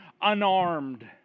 unarmed